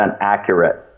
accurate